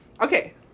Okay